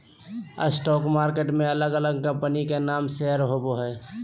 stock market में अलग अलग कंपनी के नाम से शेयर होबो हइ